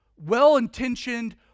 well-intentioned